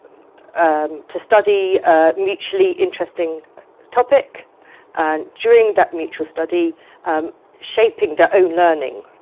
um to study a mutually interesting topic and during that mutual study shaping their own learning.